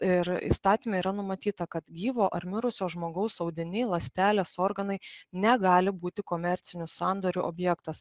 ir įstatyme yra numatyta kad gyvo ar mirusio žmogaus audiniai ląstelės organai negali būti komercinių sandorių objektas